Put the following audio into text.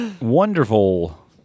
Wonderful